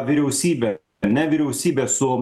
vyriausybe ne vyriausybė su